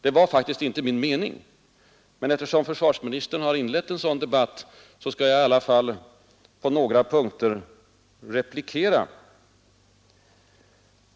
Det var faktiskt inte min mening, men eftersom försvarsministern har inlett en sådan debatt, skall jag replikera på några punkter.